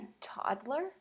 Toddler